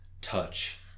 touch